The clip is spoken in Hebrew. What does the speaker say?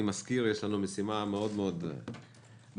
אני מזכיר שיש לנו משימה מאוד-מאוד מאתגרת,